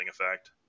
effect